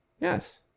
Yes